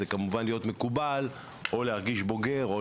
זה כמובן להיות מקובל או להרגיש בוגר,